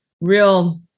real